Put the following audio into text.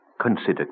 consider